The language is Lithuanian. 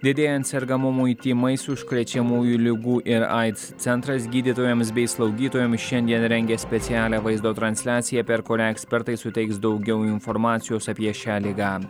didėjant sergamumui tymais užkrečiamųjų ligų ir aids centras gydytojams bei slaugytojams šiandien rengia specialią vaizdo transliaciją per kurią ekspertai suteiks daugiau informacijos apie šią ligą